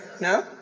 no